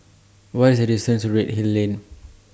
What IS The distance to Redhill Lane